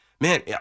man